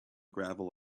gravel